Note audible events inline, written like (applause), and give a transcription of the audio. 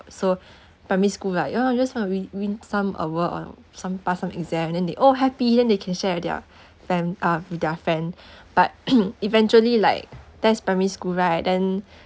so primary school lah you know I just want to win win some award or some pass some exam then they all happy then they can share their fam~ uh with their friend (breath) but (coughs) eventually like that's primary school right then